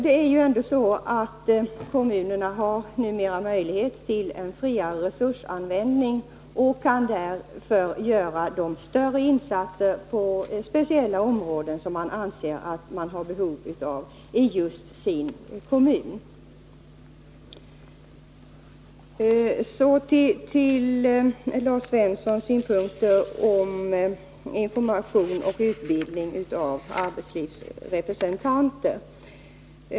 Det är ändå så att kommunerna numera har möjlighet till en friare resursanvändning och därför kan göra större insatser på speciella områden, där man anser att man har behov av insatser i den egna kommunen. Så till Lars Svenssons synpunkter på information om och utbildning av arbetslivsrepresentanter.